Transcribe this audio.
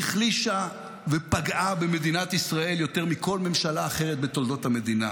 היא החלישה ופגעה במדינת ישראל יותר מכל ממשלה אחרת בתולדות המדינה,